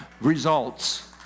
results